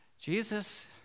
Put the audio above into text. Jesus